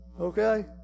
okay